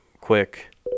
quick